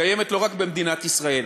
קיימת לא רק במדינת ישראל.